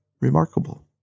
remarkable